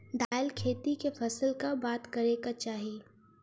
दालि खेती केँ फसल कऽ बाद करै कऽ चाहि?